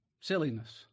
Silliness